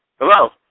Hello